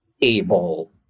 able